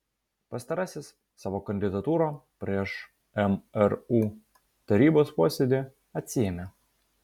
pastarasis savo kandidatūrą prieš mru tarybos posėdį atsiėmė